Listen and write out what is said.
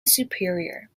superior